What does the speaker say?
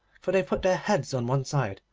for they put their heads on one side,